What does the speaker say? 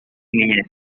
niñez